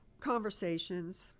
conversations